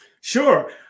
Sure